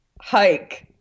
hike